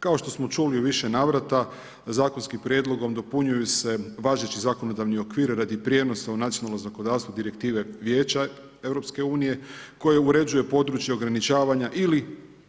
Kao što smo čuli u više navrata, zakonskim prijedlogom dopunjuju se važeći zakonodavni okvir radi prijenosa u nacionalno zakonodavstvo direktive Vijeća EU, koje uređuje područje ograničavanja ili